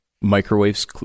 microwaves